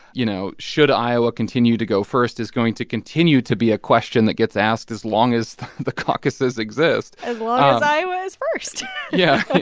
you know, should iowa continue to go first, is going to continue to be a question that gets asked as long as the caucuses exist as long as iowa's first yeah.